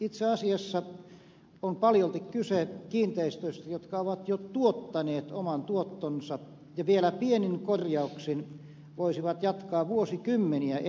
itse asiassa on paljolti kyse kiinteistöistä jotka ovat jo tuottaneet oman tuottonsa ja vielä pienin korjauksin voisivat jatkaa vuosikymmeniä eteenpäin